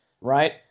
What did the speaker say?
right